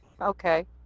Okay